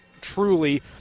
truly